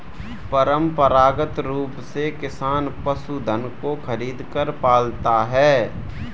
परंपरागत रूप से किसान पशुधन को खरीदकर पालता है